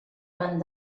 van